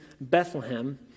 Bethlehem